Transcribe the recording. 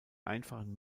einfachen